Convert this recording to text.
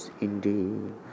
indeed